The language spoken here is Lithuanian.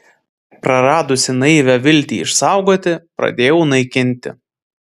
praradusi naivią viltį išsaugoti pradėjau naikinti